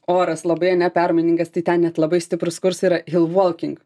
oras labai ane permainingas tai ten net labai stiprūs kursai yra hill walking